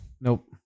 Nope